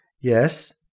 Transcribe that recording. Yes